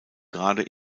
gerade